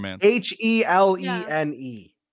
H-E-L-E-N-E